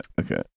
okay